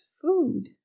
food